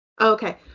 Okay